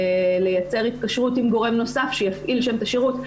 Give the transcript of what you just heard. ולייצר התקשרות עם גורם נוסף שיפעיל שם את השרות.